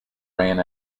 ran